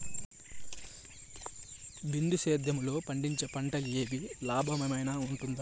బిందు సేద్యము లో పండించే పంటలు ఏవి లాభమేనా వుంటుంది?